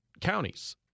counties